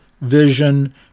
vision